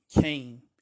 came